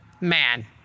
man